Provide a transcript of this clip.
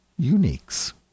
uniques